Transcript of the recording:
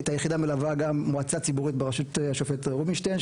את היחידה מלווה גם מועצה ציבורית בראשות השופט רובינשטיין,